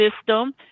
system